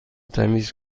تمیز